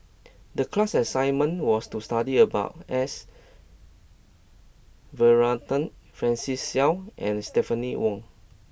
the class assignment was to study about S Varathan Francis Seow and Stephanie Wong